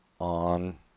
on